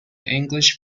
english